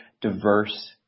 diverse